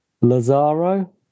Lazaro